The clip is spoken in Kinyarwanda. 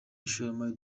ishoramari